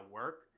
work